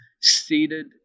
seated